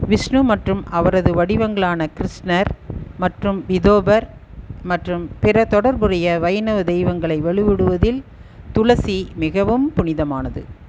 விஷ்ணு மற்றும் அவரது வடிவங்களான கிருஷ்ணர் மற்றும் விதோபர் மற்றும் பிற தொடர்புடைய வைணவ தெய்வங்களை வழிபடுவதில் துளசி மிகவும் புனிதமானது